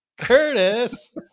Curtis